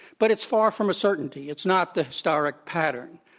but it's far from a certainty. it's not the historic pattern.